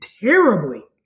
terribly